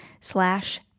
slash